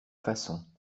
façon